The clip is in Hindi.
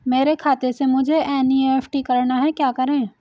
मेरे खाते से मुझे एन.ई.एफ.टी करना है क्या करें?